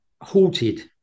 halted